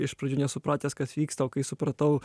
iš pradžių nesupratęs kas vyksta o kai supratau